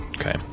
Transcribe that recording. Okay